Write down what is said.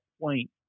point